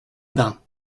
bains